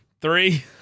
Three